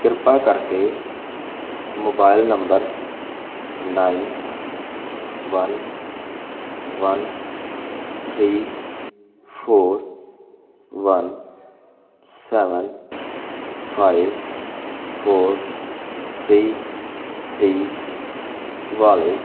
ਕਿਰਪਾ ਕਰਕੇ mobile number nine one one three four one seven five four three three ਵਾਲੇ